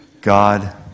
God